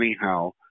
anyhow